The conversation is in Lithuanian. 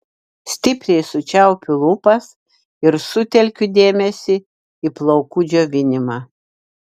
stipriai sučiaupiu lūpas ir sutelkiu dėmesį į plaukų džiovinimą